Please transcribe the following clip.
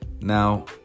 Now